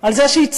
על זה שיצטרכו,